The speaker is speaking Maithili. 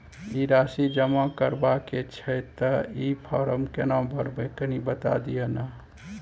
ई राशि जमा करबा के छै त ई फारम केना भरबै, कनी बता दिय न?